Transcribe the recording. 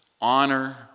honor